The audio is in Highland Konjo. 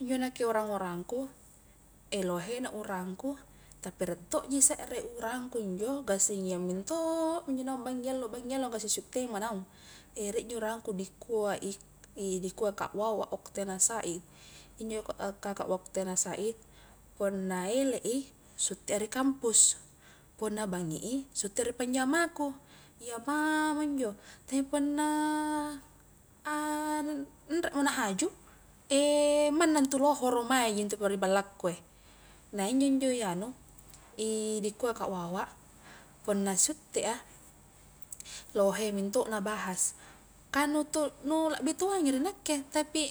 Injo nakke urang-urangku, lohena urangku tapi rie to ji serre urangku injo gassing ya minto mo injo naung bangi allo-bangi allo gasing suttei manaung, rie njo urangku dikua ik, oh dikua ka wawa oktana said, injo ik kaka wawa oktiana said punna ele i, sutte a ri kampus, punna bangi i sutte a ri panjamaku, iya mamo njo, tpi punna nremo nahaju manna ntu lohoro maeji pole ri ballakkue, nah iya injo njo i anu, i dikua ka wawa punna suttea lohe minto nabahas, ka nu to, nu labbi toami ri nakke tapi